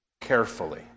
carefully